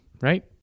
right